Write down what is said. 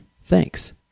Thanks